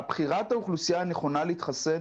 בחירת האוכלוסייה הנכונה להתחסן,